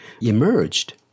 emerged